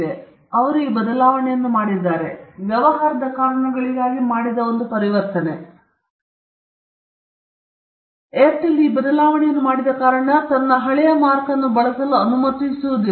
ಈಗ ಅವರು ಈ ಬದಲಾವಣೆಯನ್ನು ಮಾಡಿದ್ದಾರೆ ಸ್ಪಷ್ಟವಾಗಿ ಇದು ವ್ಯವಹಾರದ ಕಾರಣಗಳಿಗಾಗಿ ಮಾಡಿದ ಒಂದು ಪರಿವರ್ತನೆಯಾಗಿತ್ತು ಆದರೆ ಏರ್ಟೆಲ್ ಈ ಬದಲಾವಣೆಯನ್ನು ಮಾಡಿದ ಕಾರಣ ಏರ್ಟೆಲ್ ಇದನ್ನು ಹಳೆಯ ಮಾರ್ಕ್ ಅನ್ನು ಬಳಸಲು ಅನುಮತಿಸುವುದಿಲ್ಲ